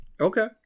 Okay